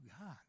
God